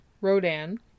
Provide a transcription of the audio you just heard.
Rodan